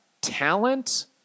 talent